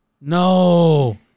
No